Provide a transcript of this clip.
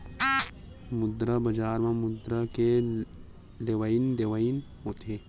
मुद्रा बजार म मुद्रा के लेवइ देवइ होथे